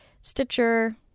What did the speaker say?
Stitcher